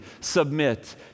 submit